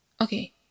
Okay